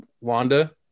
Wanda